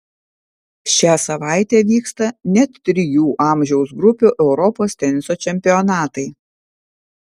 šią savaitę vyksta net trijų amžiaus grupių europos teniso čempionatai